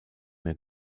mehr